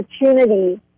opportunity